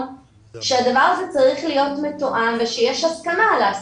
שהדבר הזה צריך להיות מתואם ושיש הסכמה עליו.